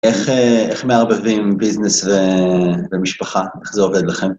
איך מערבבים ביזנס ומשפחה? איך זה עובד לכם?